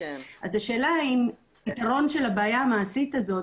אז השאלה אם פתרון של הבעיה המעשית הזאת,